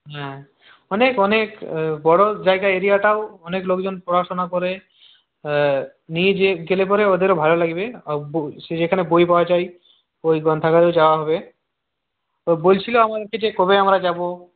হ্যাঁ অনেক অনেক বড় জায়গা এরিয়াটাও অনেক লোকজন পড়াশুনা করে নিয়ে যেয়ে গেলে পড়ে ওদেরও ভালো লাগবে যেখানে বই পাওয়া যায় ওই গ্রন্থাগারেও যাওয়া হবে তো বলছিল আমাকে যে কবে আমরা যাবো